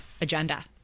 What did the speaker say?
agenda